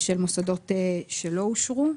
ושל מוסדות שלא אושרו.